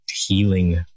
healing